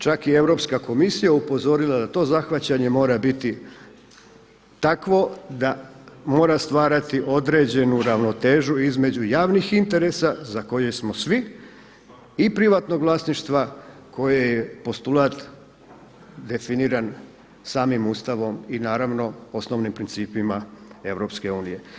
Čak je i Europska komisija upozorila da to zahvaćanje mora biti takvo da mora stvarati određenu ravnotežu između javnih interesa za koje smo svi i privatnog vlasništva koje je postulat definiran samim Ustavom i naravno osnovnim principima Europske unije.